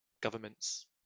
government's